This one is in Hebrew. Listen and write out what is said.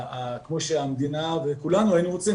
כמו שהמדינה וכולנו היינו רוצים,